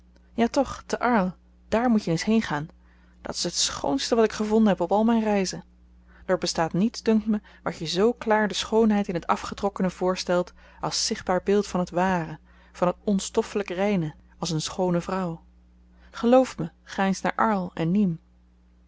ja toch te arles dààr moet je eens heen gaan dat is t schoonste wat ik gevonden heb op al myn reizen er bestaat niets dunkt me wat je zoo klaar de schoonheid in t afgetrokkene voorstelt als zichtbaar beeld van het ware van t onstoffelyk reine als een schoone vrouw gelooft me gaat eens naar arles en nîmes